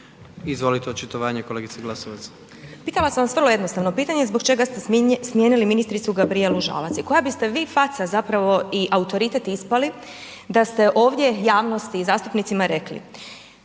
Izvolite očitovanje kolegice Glasovac.